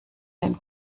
den